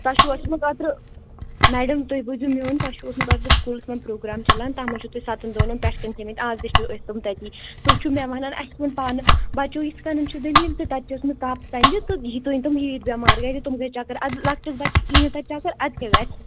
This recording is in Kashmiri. تۄہہِ چھو ٲسۍ مٕتۍ اوٚترٕ میڈم تُہۍ بوٗزِو میون تۄہہِ چھو ٲسۍ مٕتۍ اوترٕ سکوٗلس منز پروگرام چلان تتھ منز چھو تُہۍ سَتن دۄہن یِم پیٹھ کَنہِ تھٲے مٕتۍ آز تہِ ٲسۍ تِم تتی تُہۍ چھو مےٚ ونان اَسہِ ووٚں پانہٕ بَچو یِتھ کَنن چھِ دٔلیل تہٕ تَتہِ چھِ ٲسۍ مٕژ تاپہٕ ژنجہِ یوٚتام تِم ییٖتۍ بیمار گٔے تہٕ تُم گٔیے ادٕ لۄکٹِس بَچس یی نہٕ تَتہِ چکرتہٕ اَدٕ کیاہ گَژھِ